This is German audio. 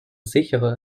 sichere